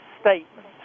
statement